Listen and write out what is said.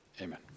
Amen